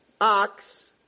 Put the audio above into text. ox